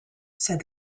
said